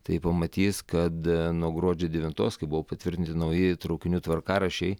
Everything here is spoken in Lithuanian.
tai pamatys kad nuo gruodžio devintos kai buvo patvirtinti nauji traukinių tvarkaraščiai